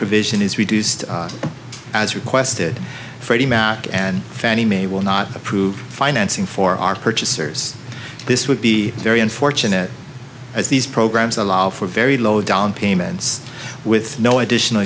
provision is reduced as requested freddie mac and fannie mae will not approve financing for our purchasers this would be very unfortunate as these programs allow for very low down payments with no additional